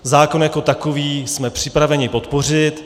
Zákon jako takový jsme připraveni podpořit.